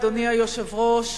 אדוני היושב-ראש,